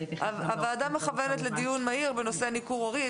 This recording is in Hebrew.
הוועדה מכוונת לדיון מהיר בנושא ניכור הורי.